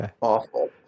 awful